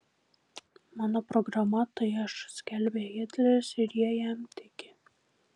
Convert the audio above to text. mano programa tai aš skelbia hitleris ir jie jam tiki